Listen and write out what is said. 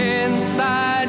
inside